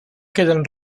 queden